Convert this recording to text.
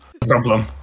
Problem